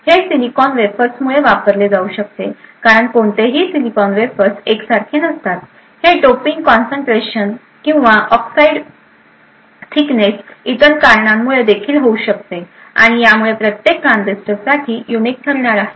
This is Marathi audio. हे सिलिकॉन वेफर्समुळे वापरले जाऊ शकते कारण कोणतेही सिलिकॉन वेफर्स एकसारखे नसतात हे डोपिंग कॉन्सन्ट्रेशन किंवा ऑक्साईड जाडीसारख्या इतर कारणांमुळे देखील होऊ शकते आणि यामुळे प्रत्येक ट्रान्झिस्टरसाठी युनिक ठरणार आहे